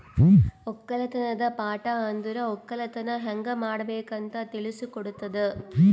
ಒಕ್ಕಲತನದ್ ಪಾಠ ಅಂದುರ್ ಒಕ್ಕಲತನ ಹ್ಯಂಗ್ ಮಾಡ್ಬೇಕ್ ಅಂತ್ ತಿಳುಸ್ ಕೊಡುತದ